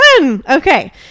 Okay